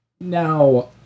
Now